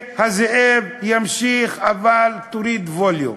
הזאב ימשיך, אבל תוריד ווליום.